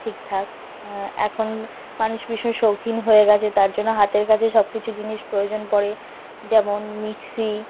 ঠিক ঠাক হ্যাঁ এখন মানুষ ভীষণ শৌখিন হয়ে গিয়েছে তার জন্য হাতের কাছে সব কিছু জিনিস প্রয়োজন পরে যেমন মিক্সি